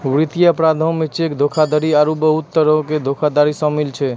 वित्तीय अपराधो मे चेक धोखाधड़ी आरु बहुते तरहो के धोखाधड़ी शामिल रहै छै